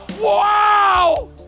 Wow